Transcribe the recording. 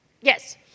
Yes